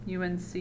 unc